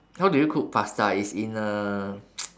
how do you cook pasta it's in a